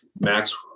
Max